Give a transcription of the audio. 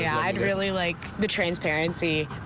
yeah i'd really like the transparency.